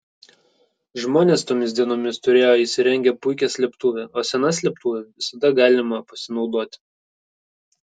žmonės tomis dienomis turėjo įsirengę puikią slėptuvę o sena slėptuve visada galima pasinaudoti